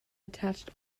attached